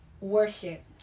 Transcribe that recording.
worship